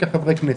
כחברי כנסת.